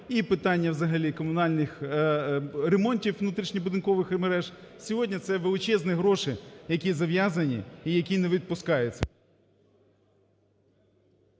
і питання, взагалі, комунальних ремонтів, внутрішньобудинкових мереж сьогодні це величезні гроші, які зав'язані, і які не відпускаються.